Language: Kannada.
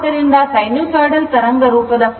ಆದ್ದರಿಂದ ಸೈನುಸೈಡಲ್ ತರಂಗರೂಪದ form factor 1